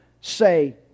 say